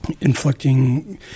inflicting